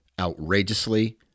outrageously